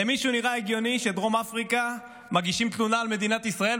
למישהו נראה הגיוני שבדרום אפריקה מגישים תלונה על מדינת ישראל,